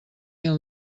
mil